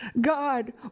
God